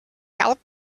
help